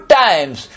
times